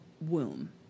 womb